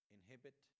Inhibit